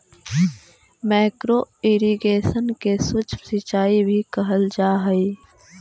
micro irrigation के सूक्ष्म सिंचाई भी कहल जा हइ